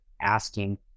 asking